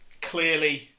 Clearly